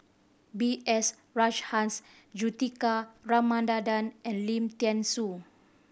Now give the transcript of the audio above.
B S Rajhans Juthika Ramanathan and Lim Thean Soo